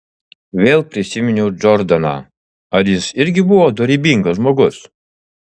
vėl prisiminiau džordaną ar jis irgi buvo dorybingas žmogus